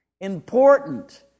important